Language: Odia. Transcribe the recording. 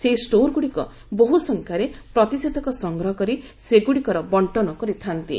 ସେହି ଷ୍ଟୋର୍ଗୁଡ଼ିକ ବହୁସଂଖ୍ୟାରେ ପ୍ରତିଷେଧକ ସଂଗ୍ହ କରି ସେଗୁଡ଼ିକର ବଣ୍ଟନ କରିଥା'ନ୍ତି